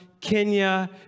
Kenya